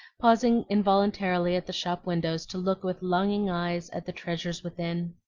pausing involuntarily at the shop windows to look with longing eyes at the treasures within.